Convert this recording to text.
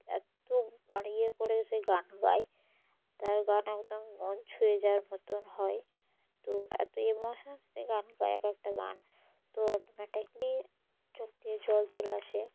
এত মানে ইয়ে করে সে গান গায় তার গান একদম মন ছুঁয়ে যাওয়ার মতন হয় তো এতো ইমোশন সে গান গায় এক একটা গান তো অটোমেটিকলি চোখ দিয়ে জল চল আসে